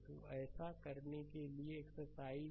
तो यह ऐसा करने के लिए एक एक्सरसाइज है